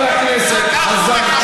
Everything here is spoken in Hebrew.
חבר הכנסת חזן,